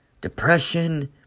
depression